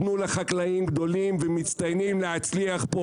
תנו לחקלאים גדולים ומצטיינים להצליח פה,